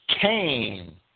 Cain